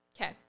Okay